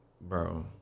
bro